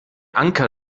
anker